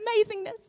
amazingness